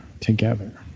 together